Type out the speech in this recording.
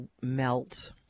melt